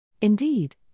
Indeed